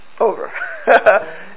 Over